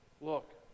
Look